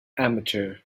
amateur